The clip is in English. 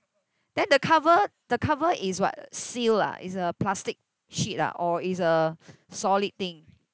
then the cover the cover is what seal ah it's a plastic sheet ah or is a solid thing